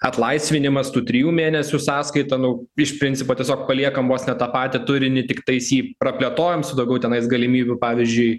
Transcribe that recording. atlaisvinimas tų trijų mėnesių sąskaita nu iš principo tiesiog paliekam vos ne tą patį turinį tiktais jį praplėtojam su daugiau tenais galimybių pavyzdžiui